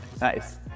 Nice